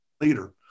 leader